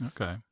Okay